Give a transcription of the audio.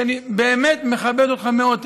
שאני באמת מכבד אותך מאוד,